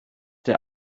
der